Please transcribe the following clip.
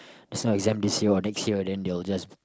there's no exam this year or next year then they will just